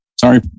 Sorry